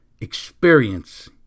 experience